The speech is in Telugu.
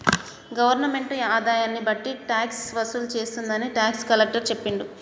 గవర్నమెంటు ఆదాయాన్ని బట్టి ట్యాక్స్ వసూలు చేస్తుందని టాక్స్ కలెక్టర్ చెప్పిండు